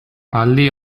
aldi